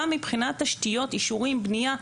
גם מבחינת תשתיות, אישורים, בנייה.